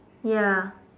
ya